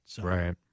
Right